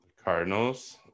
cardinals